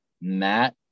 Matt